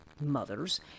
mothers